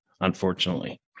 Unfortunately